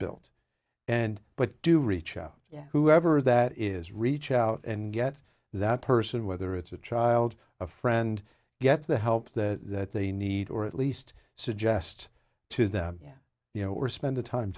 built and but do reach out yeah whoever that is reach out and get that person whether it's a child a friend get the help that they need or at least suggest to them yeah you know we're spending time